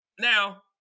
Now